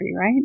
right